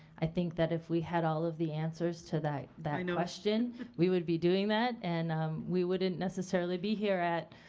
i think that if we had all of the answers to that that question we would be doing that and um we wouldn't necessarily be here at